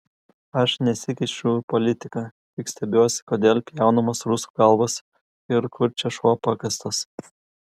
aš nesikišu į politiką tik stebiuosi kodėl pjaunamos rusų galvos ir kur čia šuo pakastas